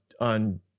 on